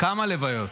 כמה לוויות?